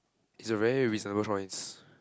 is a very reasonable